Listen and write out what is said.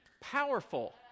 powerful